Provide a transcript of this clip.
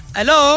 Hello